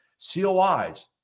COIs